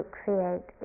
create